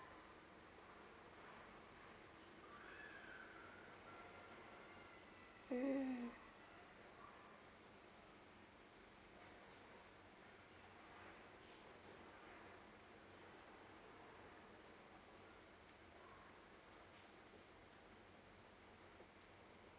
mm